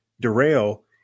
derail